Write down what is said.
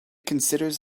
considers